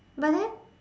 but then